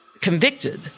convicted